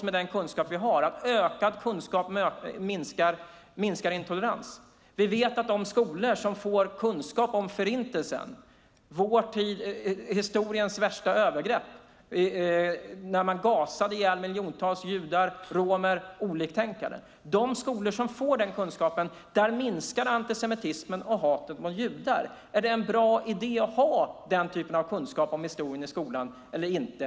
Med den kunskap vi har vet vi också att ökad kunskap minskar intolerans. Vi vet att i de skolor som får kunskap om Förintelsen - historiens värsta övergrepp då man gasade ihjäl miljoner judar, romer och oliktänkande - minskar antisemitismen och hatet mot judar. Är det en bra idé att ha denna typ av kunskap om historien i skolan eller inte?